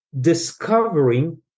discovering